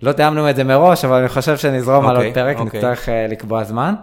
לא תאמנו את זה מראש, אבל אני חושב שנזרום על עוד פרק, אני צריך לקבוע זמן.